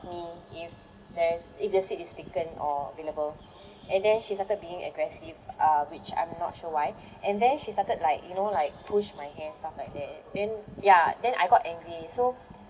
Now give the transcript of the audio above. me if there's if the seat is taken or available and then she started being aggressive uh which I'm not sure why and then she started like you know like push my hand stuff like that then ya then I got angry so